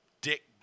dick